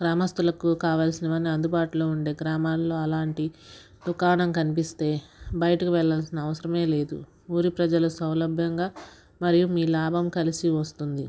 గ్రామస్తులకు కావల్సినవన్ని అందుబాటులో ఉండే గ్రామాలలో అలాంటి దుకాణం కనిపిస్తే బయటకి వెళ్లాల్సిన అవసరమే లేదు ఊరు ప్రజల సౌలభ్యంగా మరియు మీ లాభం కలిసి వస్తుంది